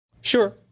Sure